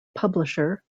publisher